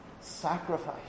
sacrifice